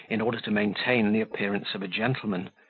in order to maintain the appearance of a gentleman,